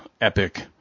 epic